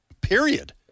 period